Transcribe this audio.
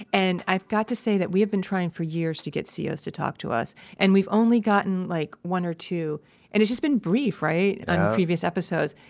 and i've got to say that we have been trying for years to get co's to talk to us, and we've only gotten like one or two and it's just been brief, right? on previous episodes.